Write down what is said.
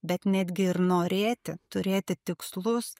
bet netgi ir norėti turėti tikslus